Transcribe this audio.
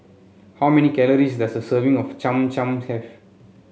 how many calories does a serving of Cham Cham have